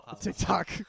TikTok